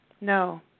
No